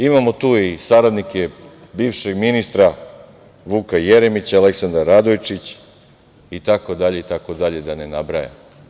Imamo tu i saradnike, bivšeg ministra Vuka Jeremića, Aleksandar Radojčić, itd, itd, da ne nabrajam.